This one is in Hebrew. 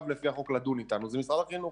לפי החוק לדון איתנו זה משרד החינוך.